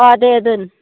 अह दे दोन